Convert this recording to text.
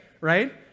right